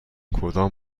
کدام